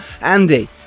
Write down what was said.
Andy